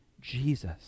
Jesus